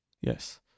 Yes